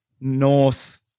North